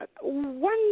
One